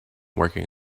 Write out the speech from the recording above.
working